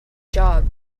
job